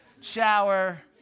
Shower